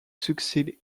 succeed